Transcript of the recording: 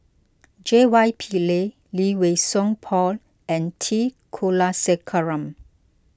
J Y Pillay Lee Wei Song Paul and T Kulasekaram